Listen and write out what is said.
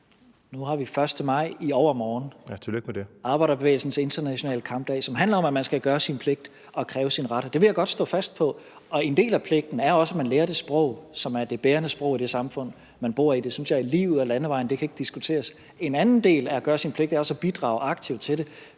(DF): Ja, tillykke med det.), som handler om, at man skal gøre sin pligt og kræve sin ret. Og det vil jeg godt stå fast på. Og en del af pligten er også, at man lærer det sprog, som er det bærende sprog i det samfund, man bor i. Det synes jeg er lige ud ad landevejen; det kan ikke diskuteres. En anden del af at gøre sin pligt er også at bidrage aktivt ved at